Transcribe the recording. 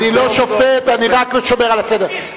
אני לא שופט, אני רק שומר על הסדר.